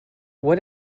what